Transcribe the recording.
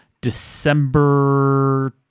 December